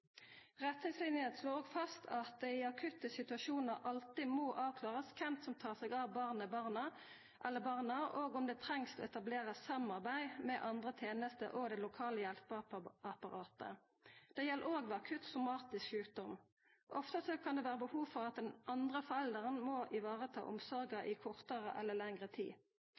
Retningslinene slår òg fast at det i akutte situasjonar alltid må avklarast kven som tar seg av barnet eller barna, og om det trengst å etablera samarbeid med andre tenester og det lokale hjelpeapparatet. Det gjeld òg ved akutt somatisk sjukdom. Ofte kan det vera behov for at den andre forelderen må vareta omsorga i kortare eller lengre tid.